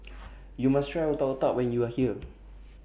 YOU must Try Otak Otak when YOU Are here